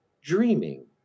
dreaming